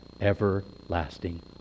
everlasting